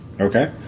Okay